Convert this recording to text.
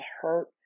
hurt